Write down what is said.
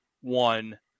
one